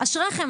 אשריכם,